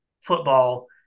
football